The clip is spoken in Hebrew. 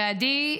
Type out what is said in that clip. ועדי,